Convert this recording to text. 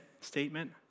statement